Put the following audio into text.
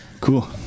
Cool